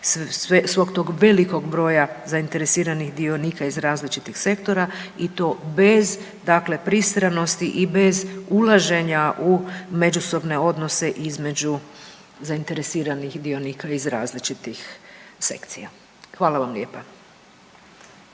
svog tog velikog broja zainteresiranih dionika iz različitih sektora i to bez, dakle pristranosti i bez ulaženja u međusobne odnose između zainteresiranih dionika iz različitih sekcija. Hvala vam lijepa.